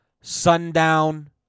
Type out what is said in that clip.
Sundown